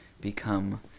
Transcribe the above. become